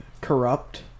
corrupt